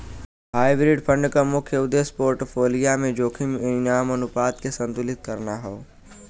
hybrid fund क मुख्य उद्देश्य पोर्टफोलियो में जोखिम इनाम अनुपात के संतुलित करना हौ